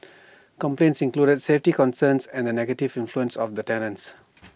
complaints included safety concerns and the negative influence of the tenants